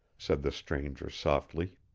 said the stranger softly.